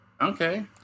Okay